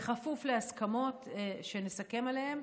בכפוף להסכמות שנסכם עליהן,